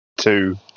two